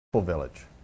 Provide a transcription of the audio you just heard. Village